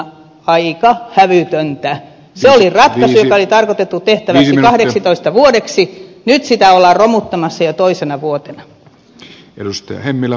se oli ratkaisu joka oli tarkoitettu tehtäväksi kahdeksitoista vuodeksi nyt sitä ollaan romuttamassa jo toisena vuotena